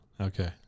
Okay